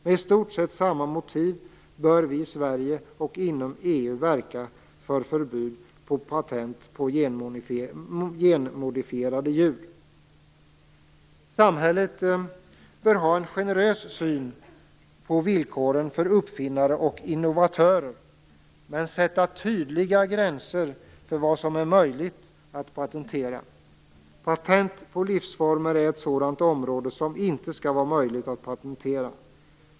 Med i stort sett samma motiv bör vi i Sverige och inom EU verka för förbud mot patent på genmodifierade djur. Samhället bör ha en generös syn på villkoren för uppfinnare och innovatörer, men sätta tydliga gränser för vad som är möjligt att patentera. Livsformer är ett sådant område som inte skall vara möjligt att patentera.